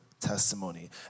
testimony